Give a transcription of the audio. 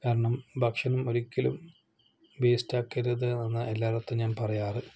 കാരണം ഭക്ഷണം ഒരിക്കലും വേസ്റ്റാക്കരുത് എന്ന് എല്ലാവരുടെയടുത്തും ഞാൻ പറയാറ്